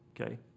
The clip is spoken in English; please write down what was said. okay